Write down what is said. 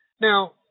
now